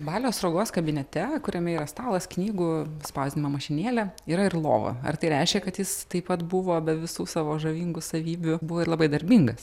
balio sruogos kabinete kuriame yra stalas knygų spausdinimo mašinėlė yra ir lova ar tai reiškia kad jis taip pat buvo be visų savo žavingų savybių buvo ir labai darbingas